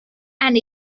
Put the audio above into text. and